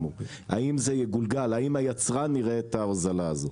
האם זה יגולגל, האם היצרן יראה את ההוזלה הזאת?